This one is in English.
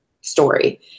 story